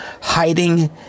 hiding